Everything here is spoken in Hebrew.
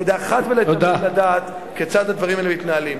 כדי לדעת אחת ולתמיד כיצד הדברים האלה מתנהלים.